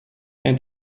and